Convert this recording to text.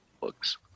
books